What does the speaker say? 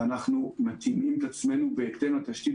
ואנחנו מתאימים את עצמנו בהתאם לתשתית,